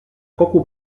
coco